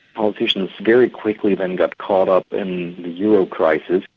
politicians very quickly then got caught up in the euro crisis,